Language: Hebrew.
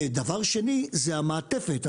דבר שני הוא המעטפת,